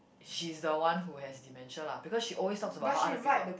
she's the one who has dementia lah because she always talks about how other people